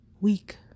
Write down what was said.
weak